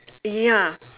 ya